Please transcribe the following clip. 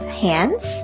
hands